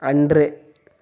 அன்று